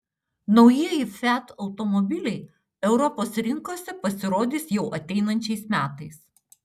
naujieji fiat automobiliai europos rinkose pasirodys jau ateinančiais metais